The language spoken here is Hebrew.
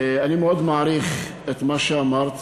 אני מאוד מעריך את מה שאמרת,